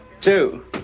two